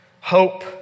hope